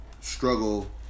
struggle